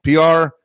pr